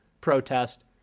protest